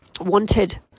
wanted